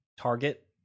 target